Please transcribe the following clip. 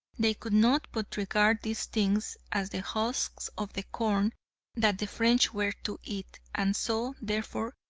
they could not but regard these things as the husks of the corn that the french were to eat, and saw, therefore,